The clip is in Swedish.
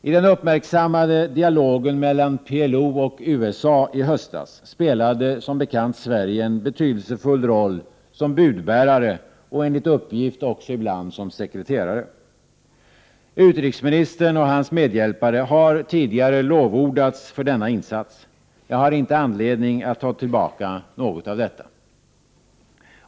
I den uppmärksammade dialogen mellan PLO och USA i höstas spelade som bekant Sverige en betydelsefull roll som budbärare och enligt uppgift ibland också som sekreterare. Utrikesministern och hans medhjälpare har tidigare lovordats för denna insats. Jag har inte anledning att ta tillbaka något av detta.